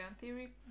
theory